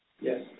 Yes